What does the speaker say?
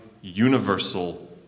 universal